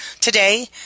Today